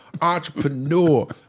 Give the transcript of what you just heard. entrepreneur